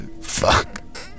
Fuck